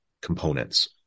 components